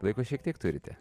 laiko šiek tiek turite